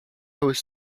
was